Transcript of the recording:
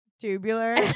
tubular